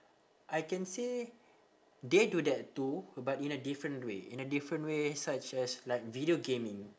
I can say they do that too but in a different way in a different way such as like video gaming